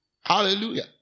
Hallelujah